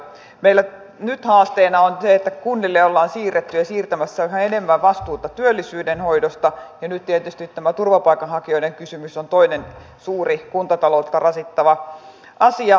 meillä nyt haasteena on se että kunnille ollaan siirretty ja siirtämässä yhä enemmän vastuuta työllisyyden hoidosta ja nyt tietysti tämä turvapaikanhakijoiden kysymys on toinen suuri kuntataloutta rasittava asia